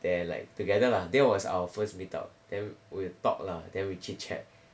there like together lah that was our first meet up then we talk lah then we chit chat